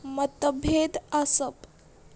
मतभेद आसप